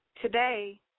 Today